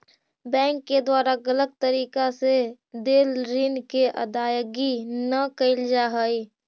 bank के द्वारा गलत तरीका से देल ऋण के अदायगी न कैल जा हइ